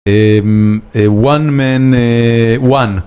אמ, אה, וואן מן אה, וואן.